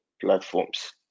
platforms